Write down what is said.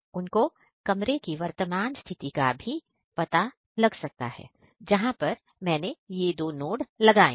उनको कमरे की वर्तमान स्थिति का भी पता लग सकता है जहां पर मैंने दो नोड लगाए हैं